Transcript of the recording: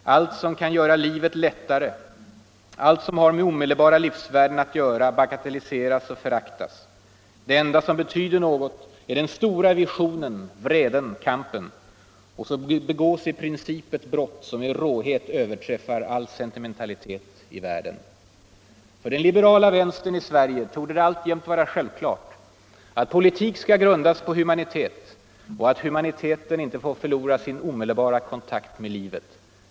Allt som kan göra livet lättare, allt som har med omedelbara livsvärden att göra, bagatelliseras och föraktas. Det enda som betyder något är den stora visionen, vreden, kampen. Och så begås i princip ett brott som i råhet överträffar all sentimentalitet i världen. För den liberala vänstern i Sverige torde det alltjämt vara självklart att politik skall grundas på humanitet och att humaniteten inte får förlora sin omedelbara kontakt med livet.